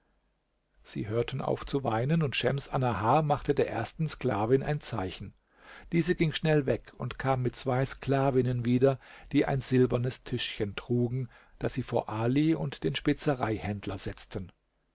sie hörten auf zu weinen und schems annahar machte der ersten sklavin ein zeichen diese ging schnell weg und kam mit zwei sklavinnen wieder die ein silbernes tischchen trugen das sie vor ali und den spezereihändler setzten